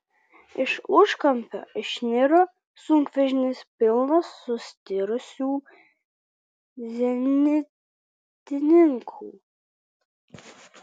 iš užkampio išniro sunkvežimis pilnas sustirusių zenitininkų